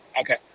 Okay